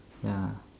ya